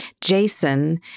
Jason